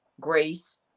grace